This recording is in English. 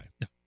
No